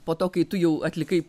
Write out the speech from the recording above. po to kai tu jau atlikai